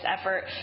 effort